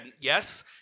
yes